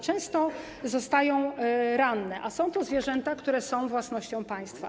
Często zostają ranne, a są to zwierzęta, które są własnością państwa.